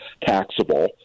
taxable